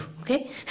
okay